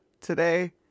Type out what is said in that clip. today